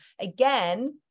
Again